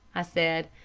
i said.